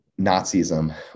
Nazism